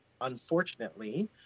unfortunately